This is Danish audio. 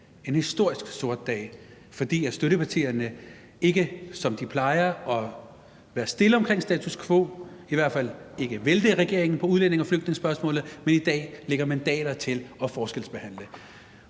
en historisk sort dag, fordi støttepartierne ikke, som de plejer at være, er stille omkring status quo og i hvert fald ikke vælter regeringen på udlændinge- og flygtningespørgsmålet, men i dag lægger mandater til at forskelsbehandle.